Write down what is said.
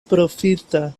profita